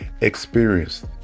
experienced